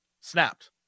snapped